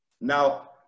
Now